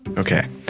okay.